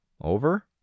Over